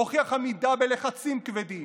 הוכיח עמידה בלחצים כבדים,